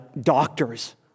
doctors